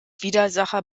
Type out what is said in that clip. widersacher